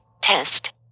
test